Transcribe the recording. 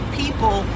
people